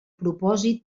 propòsit